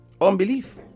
Unbelief